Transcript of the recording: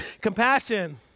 Compassion